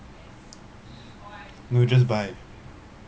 no just buy